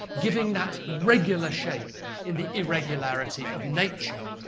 giving that regular shape in the irregularity of nature.